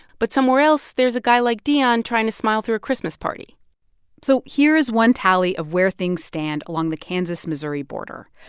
but somewhere else, there's a guy like dion trying to smile through a christmas party so here's one tally of where things stand along the kansas-missouri border.